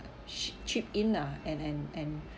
she chip in ah and and and